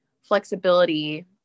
flexibility